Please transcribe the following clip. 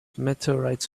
meteorites